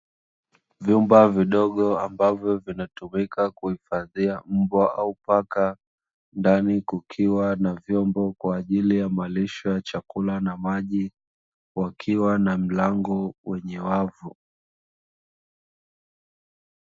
Vyumba vidogo ambavyo vinatumika kuhifadhia mbwa au paka, ndani kukiwa na vyombo kwa ajili ya malisho ya chakula na maji, wakiwa na mlango wenye wavu.